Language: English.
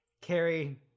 Carrie